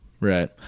right